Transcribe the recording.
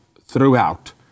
throughout